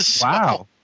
Wow